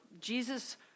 Jesus